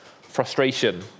frustration